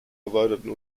erweiterten